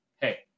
Hey